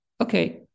okay